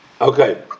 Okay